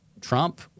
Trump